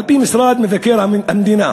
על-פי משרד מבקר המדינה,